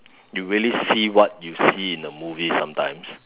you really see what you see in the movies sometimes